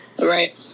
right